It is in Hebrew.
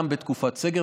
גם בתקופת סגר,